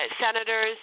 senators